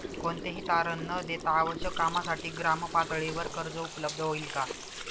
कोणतेही तारण न देता आवश्यक कामासाठी ग्रामपातळीवर कर्ज उपलब्ध होईल का?